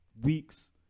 weeks